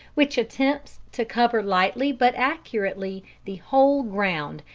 which attempts to cover lightly but accurately the whole ground,